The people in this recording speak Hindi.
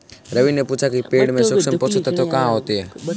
रवि ने पूछा कि पेड़ में सूक्ष्म पोषक तत्व कहाँ होते हैं?